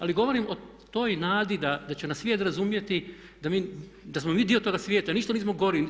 Ali govorim o toj nadi da će nas svijet razumjeti, da smo mi dio toga svijeta, ništa nismo gori.